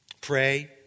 Pray